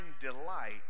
delight